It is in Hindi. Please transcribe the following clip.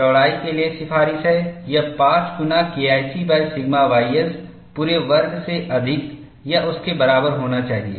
चौड़ाई के लिए सिफारिश है यह 5 गुना KIC सिग्मा ys पूरे वर्ग से अधिक या उसके बराबर होना चाहिए